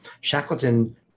Shackleton